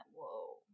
Whoa